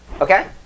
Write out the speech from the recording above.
Okay